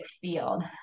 field